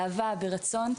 באהבה וברצון.